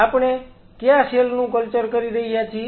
આપણે કયા સેલ નું કલ્ચર કરી રહ્યા છીએ